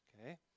Okay